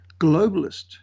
globalist